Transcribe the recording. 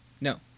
No